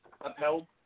upheld